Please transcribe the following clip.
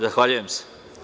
Zahvaljujem se.